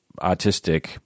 autistic